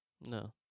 No